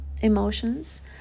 emotions